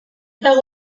dago